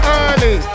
early